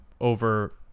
over